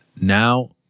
now